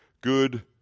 good